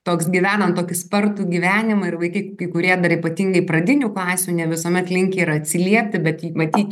toks gyvenant tokį spartų gyvenimą ir vaikai kai kurie ypatingai pradinių klasių ne visuomet linkę ir atsiliepti bet ji matyt